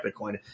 Bitcoin